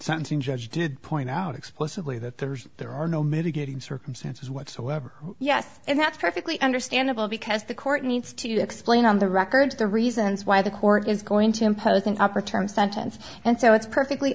sentencing judge did point out explicitly that the there are no mitigating circumstances whatsoever yes and that's perfectly understandable because the court needs to explain on the record the reasons why the court is going to impose an up or term sentence and so it's perfectly